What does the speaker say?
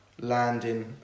landing